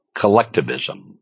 collectivism